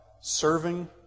serving